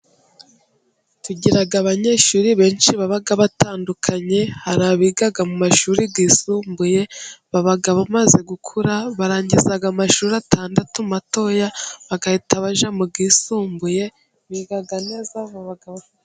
Tugira abanyeshuri benshi baba batandukanye hari abiga mu mashuri yisumbuye baba bamaze gukura barangiza amashuri atandatu matoya bagahita bajya mu yisumbuye biga neza baba bafi...